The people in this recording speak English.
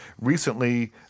recently